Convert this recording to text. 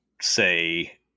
say